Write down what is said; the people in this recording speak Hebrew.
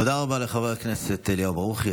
תודה רבה לאליהו ברוכי,